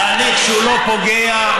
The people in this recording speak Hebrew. תהליך שהוא לא פוגע,